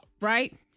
Right